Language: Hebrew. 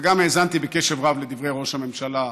וגם האזנתי בקשב רב לדברי ראש הממשלה,